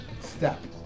step